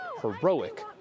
heroic